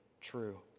true